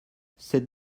cette